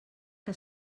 que